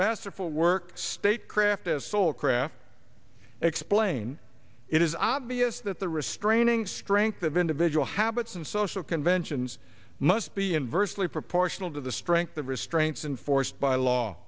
masterful work statecraft is soul craft explain it is obvious that the restraining strength of individual habits and social conventions must be inversely proportional to the strength of restraints and forced by law